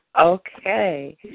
Okay